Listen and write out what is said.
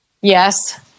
yes